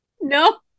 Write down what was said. no